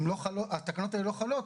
התקנות האלה לא חלות,